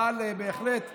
אבל בהחלט ראוי.